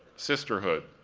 sisterhood.